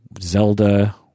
Zelda